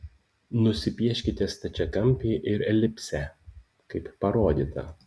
nusipieškite stačiakampį ir elipsę kaip parodyta